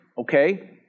okay